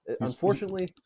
Unfortunately